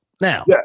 now